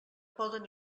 poden